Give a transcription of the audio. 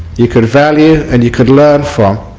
you could value and you could learn from